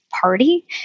Party